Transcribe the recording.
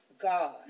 God